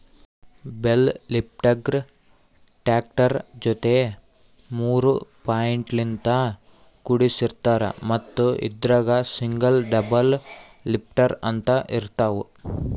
bale ಲಿಫ್ಟರ್ಗಾ tractor ಜೊತಿ ಮೂರ್ ಪಾಯಿಂಟ್ಲಿನ್ತ್ ಕುಡಸಿರ್ತಾರ್ ಮತ್ತ್ ಇದ್ರಾಗ್ ಸಿಂಗಲ್ ಡಬಲ್ ಲಿಫ್ಟರ್ ಅಂತ್ ಇರ್ತವ್